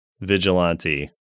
vigilante